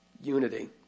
unity